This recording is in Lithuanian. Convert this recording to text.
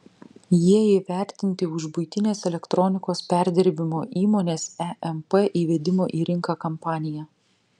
jie įvertinti už buitinės elektronikos perdirbimo įmonės emp įvedimo į rinką kampaniją